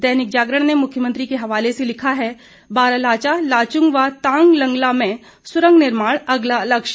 दैनिक जागरण ने मुख्यमंत्री के हवाले से लिखा है बारालचा लाचुंग व तांग लंगला में सुरंग निर्माण अगला लक्ष्य